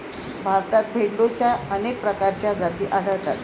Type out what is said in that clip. भारतात भेडोंच्या अनेक प्रकारच्या जाती आढळतात